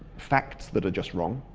facts that are just wrong,